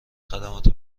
خدمات